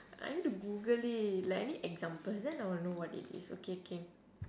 I need to google it like I need examples then I will know what it is okay okay